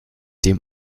dem